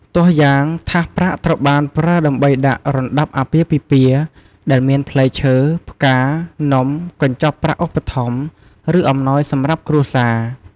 ទោះយ៉ាងថាសប្រាក់ត្រូវបានប្រើដើម្បីដាក់ រណ្តាប់អាពាហ៍ពិពាហ៍ ដែលមានផ្លែឈើ ផ្កា នំ កញ្ចប់ប្រាក់ឧបត្ថម្ភ ឬអំណោយសម្រាប់គ្រួសារ។